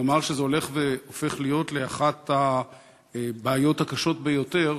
כלומר זה הופך להיות אחת הבעיות הקשות ביותר